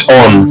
on